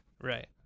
Right